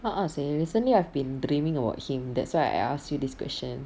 a'ah seh recently I've been dreaming about him that's why I asked you this question